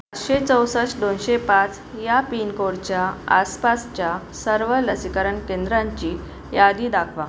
शे चौसष्ट दोनशे पाच या पिनकोडच्या आसपासच्या सर्व लसीकरण केंद्रांची यादी दाखवा